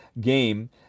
game